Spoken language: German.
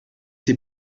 sie